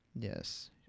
yes